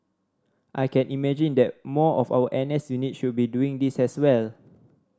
I can imagine that more of our N S units should be doing this as well